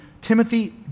Timothy